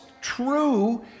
true